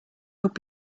could